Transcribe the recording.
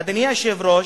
אדוני היושב-ראש,